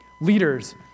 Leaders